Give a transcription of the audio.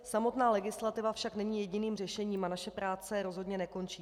Samotná legislativa však není jediným řešením a naše práce rozhodně nekončí.